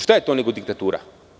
Šta je to nego diktatura?